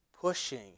pushing